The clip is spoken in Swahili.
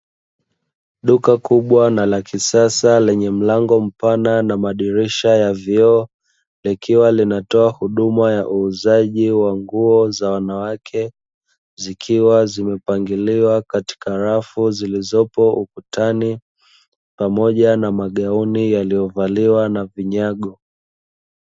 Duka kubwa na la kisasa lenye mlango mpana na madirisha ya vioo, likiwa linatoa huduma za uuzaji wa nguo za wanawake, zikiwa zimepangiliwa katika rafu zilizopo ukutani, pamoja na magauni yaliyovaliwa na vinyago.